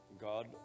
God